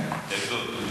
ב"אסותא".